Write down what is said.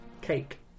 Cake